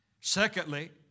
Secondly